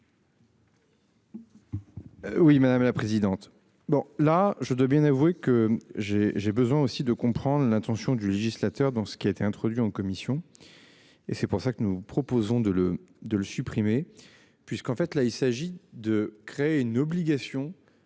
Oui madame la présidente. Bon là je dois bien avouer que j'ai, j'ai besoin aussi de comprendre l'intention du législateur dans ce qui a été introduit en commission. Et c'est pour ça que nous proposons de le, de le supprimer, puisqu'en fait, là il s'agit de créer une obligation.